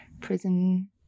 prison